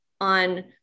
on